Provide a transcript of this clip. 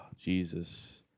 Jesus